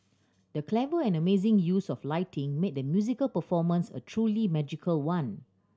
the clever and amazing use of lighting made the musical performance a truly magical one